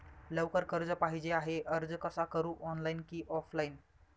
लवकर कर्ज पाहिजे आहे अर्ज कसा करु ऑनलाइन कि ऑफलाइन?